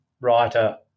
writer